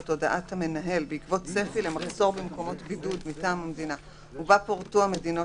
הודעת המנהל בעקבות צפי למחסור במקומות בידוד מטעם המדינה ובה פורטו המדינות